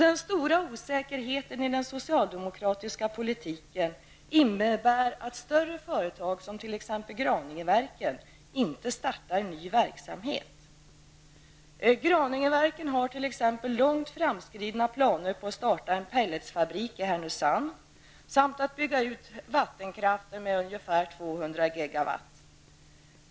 Den stora oron i den socialdemokratiska politiken innebär att större företag som t.ex. Graningeverken har t.ex. långt framskridna planer på att starta en pelletsfabrik i Härnösand samt att bygga ut vattenkraften med ungefär 200 gigawatt.